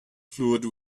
fluid